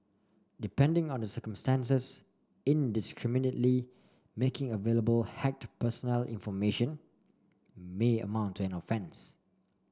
depending on the circumstances indiscriminately making available hacked personal information may amount to an offence